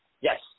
Yes